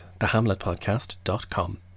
thehamletpodcast.com